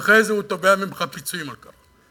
ואחרי זה הוא תובע ממך פיצויים על כך.